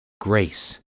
grace